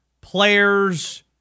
players